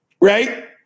right